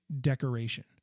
decoration